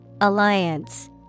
Alliance